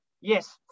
Yes